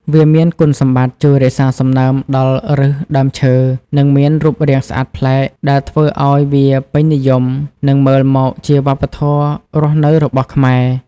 វាមានគុណសម្បត្តិជួយរក្សាសំណើមដល់ឫសដើមឈើ និងមានរូបរាងស្អាតប្លែក ដែលធ្វើឱ្យវាពេញនិយមនិងមើលមកជាវប្បធម៌រស់នៅរបស់ខ្មែរ។